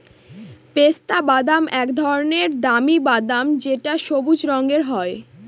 পেস্তা বাদাম এক ধরনের দামি বাদাম যেটা সবুজ রঙের হয়